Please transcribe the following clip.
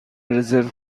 رزرو